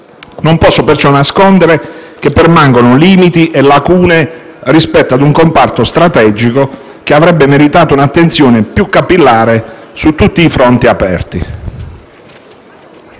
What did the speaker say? Non posso perciò nascondere che permangono limiti e lacune rispetto a un comparto strategico che avrebbe meritato un'attenzione più capillare sui tutti i fronti aperti.